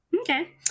Okay